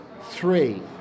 three